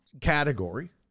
category